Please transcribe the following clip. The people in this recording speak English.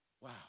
wow